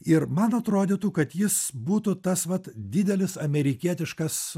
ir man atrodytų kad jis būtų tas vat didelis amerikietiškas